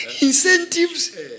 Incentives